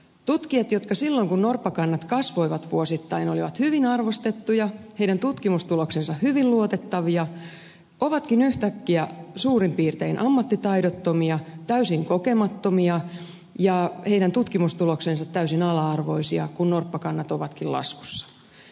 tutkijat jotka silloin kun norppakannat kasvoivat vuosittain olivat hyvin arvostettuja heidän tutkimustuloksensa hyvin luotettavia ovatkin yhtäkkiä suurin piirtein ammattitaidottomia täysin kokemattomia ja heidän tutkimustuloksensa täysin ala arvoisia kun norppakannat ovatkin laskussa